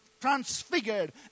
transfigured